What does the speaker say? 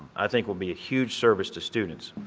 i think will be a huge service to students.